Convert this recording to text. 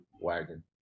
wagon